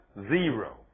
Zero